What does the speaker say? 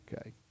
okay